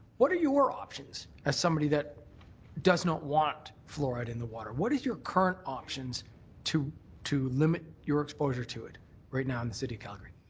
what are your options as somebody that does not want fluoride in the water? what is your current options to to limit your exposure to it right now in the city of calgary?